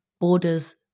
borders